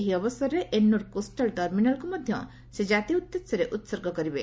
ଏହି ଅବସରରେ ଏନ୍ଦୋର କୋଷ୍ଟ୍ରାଲ ଟର୍ମିନାଲକୁ ମଧ୍ୟ ସେ ଜାତି ଉଦ୍ଦେଶ୍ୟରେ ଉତ୍ସର୍ଗ କରିବେ